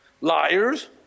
liars